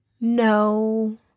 No